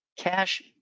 cash